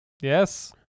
Yes